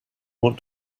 what